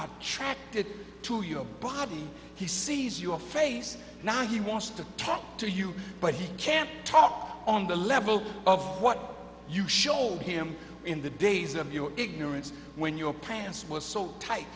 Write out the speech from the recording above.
not tracked it to your body he sees your face now he wants to talk to you but he can't talk on the level of what you showed him in the days of your ignorance when your pants were so tight